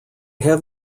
have